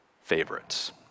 favorites